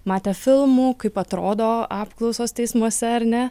matę filmų kaip atrodo apklausos teismuose ar ne